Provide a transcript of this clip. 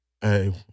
hey